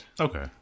Okay